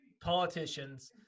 politicians